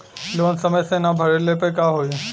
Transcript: Loan समय से ना भरले पर का होयी?